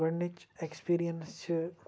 گۄڈٕنِچ ایٚکٕسپیریَنس چھِ